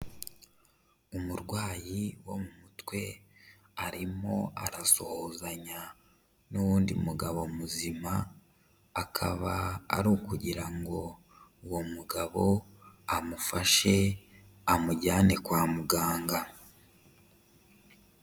Umurwayi wo mu mutwe arimo arasuhuzanya n'uwundi mugabo muzima, akaba ari ukugira ngo uwo mugabo amufashe, amujyane kwa muganga.